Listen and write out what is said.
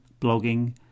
blogging